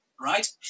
right